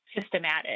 systematic